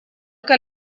que